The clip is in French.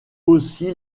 aussi